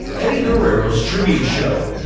eddie guerrero's tribute show